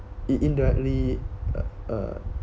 it indirectly uh